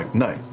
night,